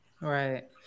right